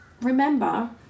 remember